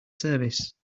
service